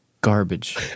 garbage